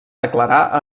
declarar